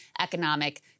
economic